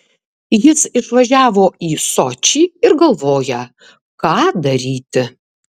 jis išvažiavo į sočį ir galvoja ką daryti